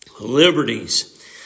liberties